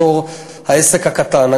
בתור העסק הקטן.